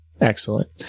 Excellent